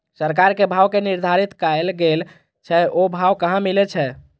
सरकार के भाव जे निर्धारित कायल गेल छै ओ भाव कहाँ मिले छै?